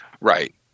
Right